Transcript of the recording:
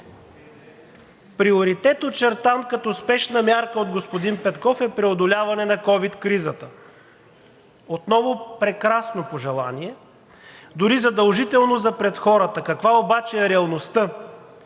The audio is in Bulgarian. Приоритет, очертан като спешна мярка от господин Петков, е преодоляване на ковид кризата. Отново прекрасно пожелание, дори задължително за пред хората. Каква обаче е реалността?